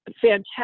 fantastic